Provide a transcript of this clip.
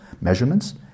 measurements